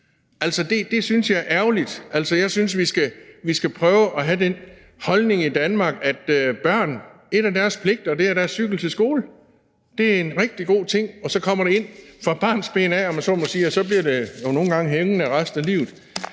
Det synes jeg er ærgerligt. Altså, jeg synes, vi skal prøve at have den holdning i Danmark, hvor vi siger, at en af børns pligter er at cykle til skole. Det er en rigtig god ting, og så får man det ind fra barnsben af, om man så må sige, og så bliver det jo nogle gange hængende resten af livet.